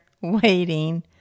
waiting